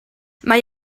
mae